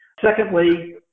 Secondly